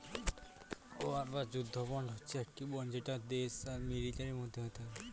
war বা যুদ্ধ bond হচ্ছে একটি বন্ড যেটা দেশ আর মিলিটারির মধ্যে হয়ে থাকে